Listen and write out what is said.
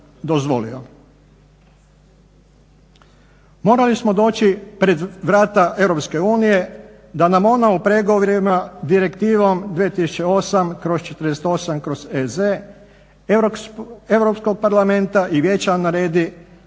Morali smo doći pred vrata EU da nam ona u pregovorima Direktivom 2008/48/EZ Europskog parlamenta i Vijeća naredi